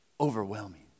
overwhelming